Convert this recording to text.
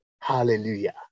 hallelujah